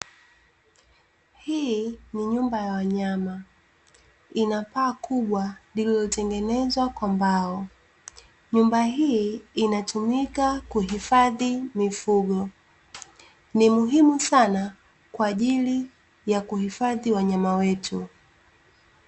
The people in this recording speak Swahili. Hii ni nyumba ya wanyama ina paa kubwa lililotengenezwa kwa mbao, nyumba hii inatumika kuhifadhi mifugo ni muhimu sana kwa ajili ya kuhifadhi wanyama wetu